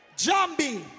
Jambi